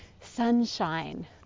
sunshine